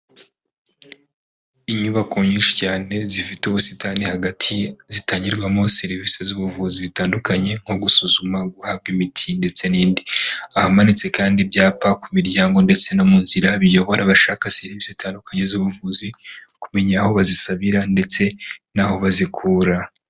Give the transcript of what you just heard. Inyubako nyinshi cyane zifite ubusitani hagati zitangirwamo serivisi z'ubuvuzi zitandukanye nko gusuzuma , guhabwa imiti ndetse n’ibindi ahamanitse kandi ibyapa ku miryango ndetse no mu nzira biyobora abashaka serivisi zitandukanye z'ubuvuzi kumenya aho bazisabira ndetse n'aho bazikura.